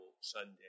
Sunday